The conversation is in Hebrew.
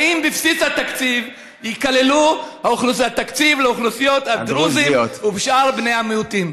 האם בבסיס התקציב ייכלל התקציב לאוכלוסיות הדרוזיות ושאר בני המיעוטים?